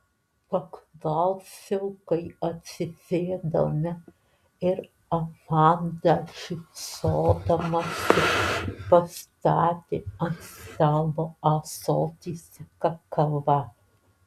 paklausiau kai atsisėdome ir amanda šypsodamasi pastatė ant stalo ąsotį su kakava